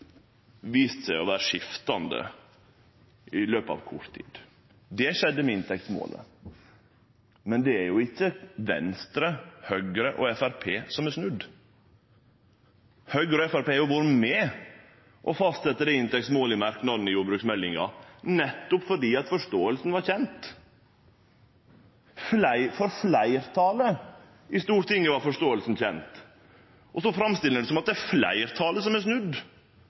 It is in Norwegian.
vist seg å vere skiftande i løpet av kort tid. Det skjedde med inntektsmålet, men det er ikkje Venstre, Høgre og Framstegspartiet som har snudd. Høgre og Framstegspartiet har jo vore med på å fastsetje inntektsmålet i merknaden til jordbruksmeldinga, nettopp fordi forståinga var kjend. For fleirtalet i Stortinget var forståinga kjend, og så framstiller ein det som om det er fleirtalet som har snudd. Det er ikkje fleirtalet som har snudd.